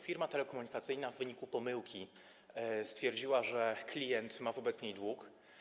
Firma telekomunikacyjna w wyniku pomyłki stwierdziła, że klient ma wobec niej dług.